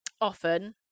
often